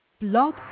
Blog